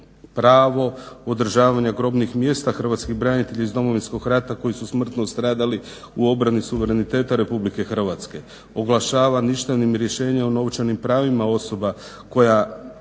pravo održavanja grobnih mjesta hrvatskih branitelja iz Domovinskog rata koji su smrtno stradali u obrani suvereniteta Republike Hrvatske. Oglašava ništavnim rješenje o novčanim pravima osoba koje